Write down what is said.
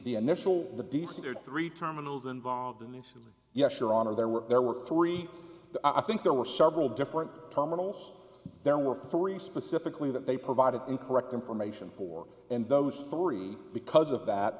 the initial the d c three terminals involved in these yes your honor there were there were three i think there were several different tunnels there were three specifically that they provided incorrect information for and those three because of that